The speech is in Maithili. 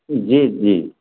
जी जी